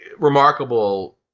remarkable